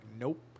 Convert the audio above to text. Nope